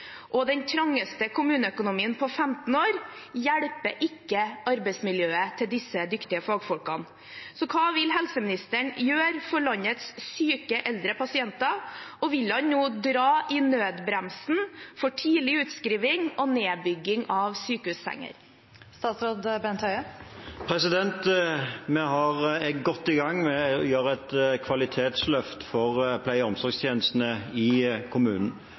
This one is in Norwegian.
og den trangeste kommuneøkonomien på 15 år hjelper ikke arbeidsmiljøet til disse dyktige fagfolkene. Hva vil helseministeren gjøre for landets syke eldre pasienter? Vil han nå dra i nødbremsen for tidlig utskriving og nedbygging av sykehussenger? Vi er godt i gang med et kvalitetsløft for pleie- og omsorgstjenestene i